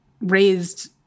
raised